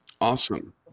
Awesome